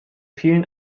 vielen